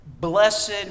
Blessed